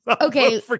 Okay